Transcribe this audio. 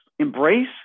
embrace